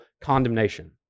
condemnation